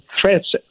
threats